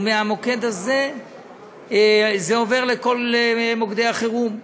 ומשם זה עובר לכל מוקדי החירום.